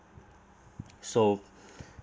so